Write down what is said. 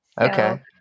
Okay